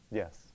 yes